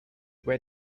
where